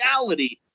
reality